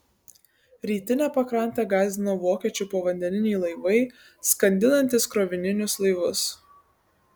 rytinę pakrantę gąsdino vokiečių povandeniniai laivai skandinantys krovininius laivus